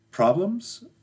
problems